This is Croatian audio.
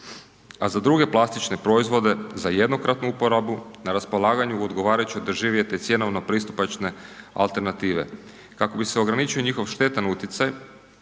a za druge plastične proizvode za jednokratnu uporabu na raspolaganju u odgovarajuće je doživjeti cjenovno pristupačne alternative. Kako bi se ograničio njihovo štetan utjecaj,